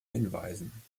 hinweisen